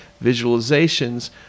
visualizations